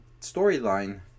storyline